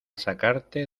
sacarte